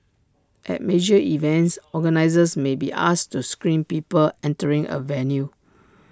at major events organisers may be asked to screen people entering A venue